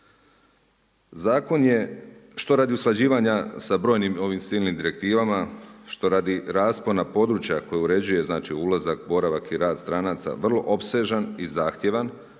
Zakon je što radi usklađivanja sa brojnim ovim silnim direktivama, što radi raspona područja koji uređuje znači ulazak, boravak i rad stranaca vrlo opsežan i zahtjevan,